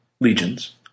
Legions